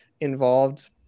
involved